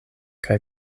kaj